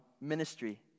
ministry